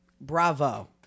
bravo